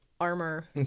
armor